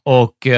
och